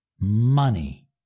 Money